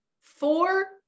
four